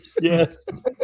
Yes